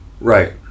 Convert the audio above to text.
Right